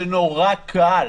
זה נורא קל,